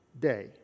Day